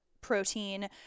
Protein